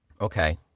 Okay